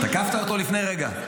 תקפת אותו לפני רגע.